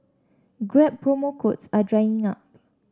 grab promo codes are drying up